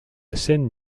scène